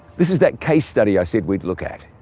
this is that case study i said we'd look at.